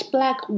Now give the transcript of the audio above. Black